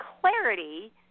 clarity